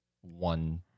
one